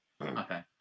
Okay